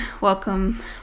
welcome